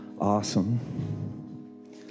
Awesome